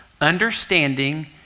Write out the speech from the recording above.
understanding